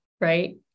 right